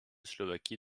slovaquie